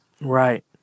Right